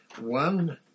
one